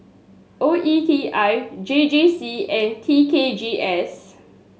O E T I J J C and T K G S